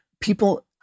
people